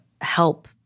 help